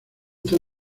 están